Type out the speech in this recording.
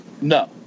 No